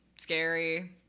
scary